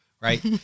Right